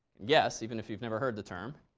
guess even if you've never heard the term.